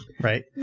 Right